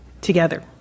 together